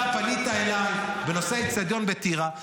אתה פנית אליי בנושא האצטדיון בטירה,